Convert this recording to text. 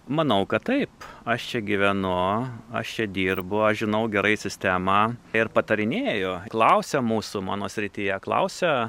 manau kad taip aš čia gyvenu aš čia dirbu aš žinau gerai sistemą ir patarinėju klausia mūsų mano srityje klausia